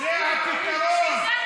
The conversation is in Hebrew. בשביל זה להקים